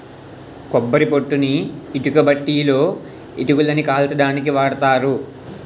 కొబ్బరి పొట్టుని ఇటుకబట్టీలలో ఇటుకలని కాల్చడానికి వాడతారు